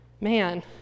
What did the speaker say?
man